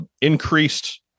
increased